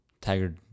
tiger